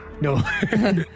No